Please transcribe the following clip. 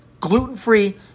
Gluten-free